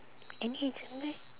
any handsome guy